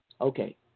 Okay